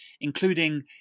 including